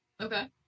okay